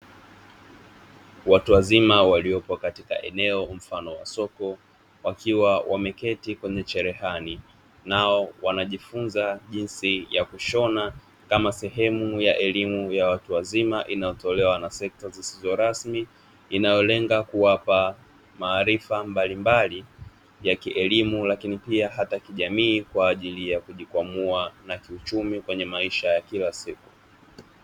Watu wazima walioko katika eneo mfano wa soko wakiwa wameketi kwenye chelehani, nao wanajifunza jinsi ya kushona kama sehemu ya elimu ya watu wazima inayotolewa na sekta zisizo rasmi, inayolenga kuwapa maarifa mbalimbali ya kielimu lakini pia hata kijamii kwa ajili ya kujikwamua na kiuchumi kwenye maisha ya kila siku.